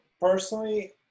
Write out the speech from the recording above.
personally